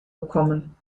bekommen